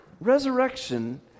Resurrection